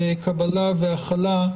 קבלה והכלה,